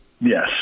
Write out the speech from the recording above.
Yes